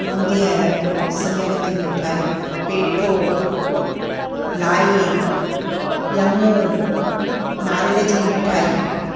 बूंदीअ जा लड्डू सिंगरनि जी मिठाई पेठो लाई ॼम्मू नारेल जी मिठाई